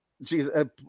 Jesus